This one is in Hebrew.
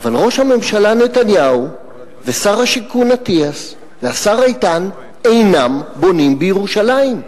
אבל ראש הממשלה נתניהו ושר השיכון אטיאס והשר איתן אינם בונים בירושלים.